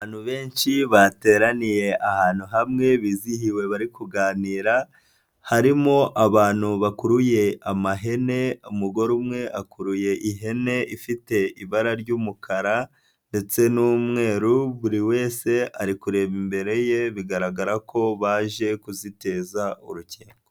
Abantu benshi bateraniye ahantu hamwe bizihiwe bari kuganira. Harimo abantu bakuruye amahene umugore umwe akuruye ihene ifite ibara ry'umukara, ndetse n'umweru buri wese ari kureba imbere ye bigaragara ko baje kuziteza urukingo.